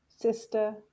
sister